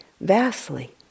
vastly